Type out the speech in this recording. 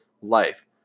life